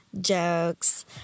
Jokes